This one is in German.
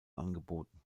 angeboten